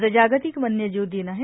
आज जागतिक वन्यजीव दिन आहे